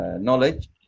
knowledge